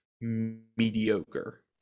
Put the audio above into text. mediocre